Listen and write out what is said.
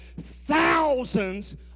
thousands